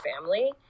family